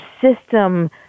system